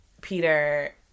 Peter